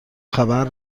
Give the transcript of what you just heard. خبر